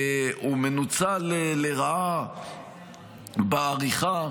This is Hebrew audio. הוא מנוצל לרעה בעריכה,